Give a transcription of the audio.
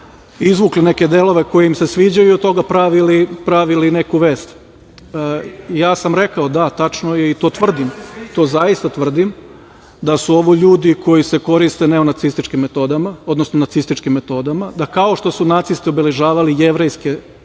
izvukli neke delove koji im se sviđaju i od toga pravili neku vest. Ja sam rekao, da, tačno je i to tvrdim, to zaista tvrdim, da su ovo ljudi koji se koriste neonacističkim metodama, odnosno nacističkim metodama, da kao što su nacisti obeležavali jevrejske